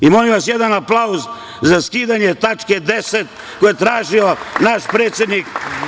Molim vas jedan aplauz za skidanje tačke 10. koju je tražio naš predsednik.